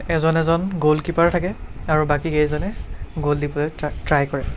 এজন এজন গ'লকীপাৰ থাকে আৰু বাকীকেইজনে গ'ল দিবলৈ ট্ৰাই ট্ৰাই কৰে